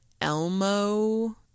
elmo